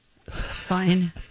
Fine